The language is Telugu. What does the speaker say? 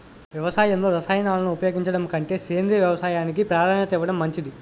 వ్యవసాయంలో రసాయనాలను ఉపయోగించడం కంటే సేంద్రియ వ్యవసాయానికి ప్రాధాన్యత ఇవ్వడం మంచిది